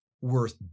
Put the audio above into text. worth